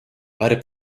väärib